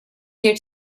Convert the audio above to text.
here